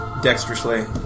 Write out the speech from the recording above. dexterously